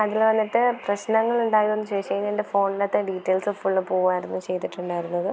അതിൽ വന്നിട്ട് പ്രശ്നങ്ങൾ ഉണ്ടായോയെന്ന് ചോദിച്ചുകഴിഞ്ഞാൽ എൻ്റെ ഫോണിനകത്തെ ഡീറ്റൈൽസ് ഫുള്ള് പോകുമായിരുന്നു ചെയ്തിട്ടുണ്ടായിരുന്നത്